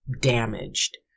damaged